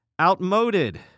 Outmoded